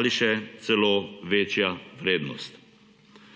ali še celo večja vrednost.